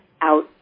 out